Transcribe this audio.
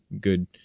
good